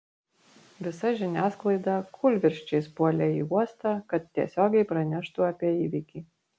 visa žiniasklaida kūlvirsčiais puolė į uostą kad tiesiogiai praneštų apie įvykį